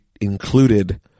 included